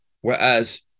Whereas